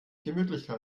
gemütlichkeit